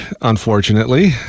unfortunately